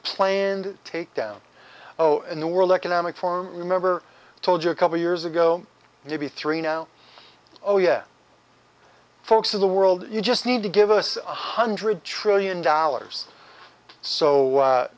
planned take down zero in the world economic forum remember told you a couple years ago maybe three now oh yeah folks in the world you just need to give us one hundred trillion dollars so